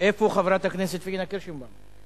איפה חברת הכנסת פניה קירשנבאום?